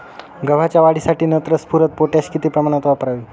गव्हाच्या वाढीसाठी नत्र, स्फुरद, पोटॅश किती प्रमाणात वापरावे?